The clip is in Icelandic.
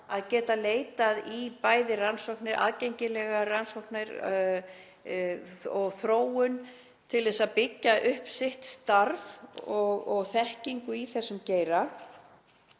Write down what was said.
að geta leitað í rannsóknir, aðgengilegar rannsóknir og þróun til að byggja upp sitt starf og þekkingu í þessum geira.